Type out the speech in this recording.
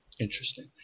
Interesting